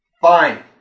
Fine